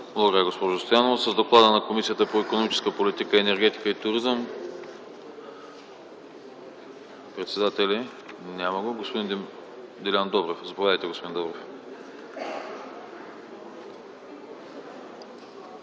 Благодаря, господин Добрев.